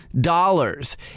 dollars